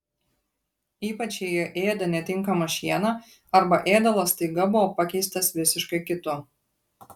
ypač jei jie ėda netinkamą šieną arba ėdalas staiga buvo pakeistas visiškai kitu